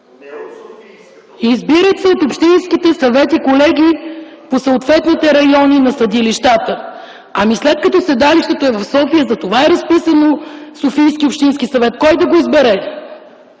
Избират се от общинските съвети, колеги, по съответните райони на съдилищата. След като седалището е в София, затова е разписано „Софийски общински съвет”. Кой да го избере?!